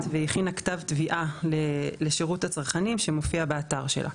והכינה כתב תביעה לשירות הצרכנים שמופיע באתר שלה.